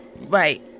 Right